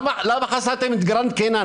למה חסמתם את "גרנד קינן"?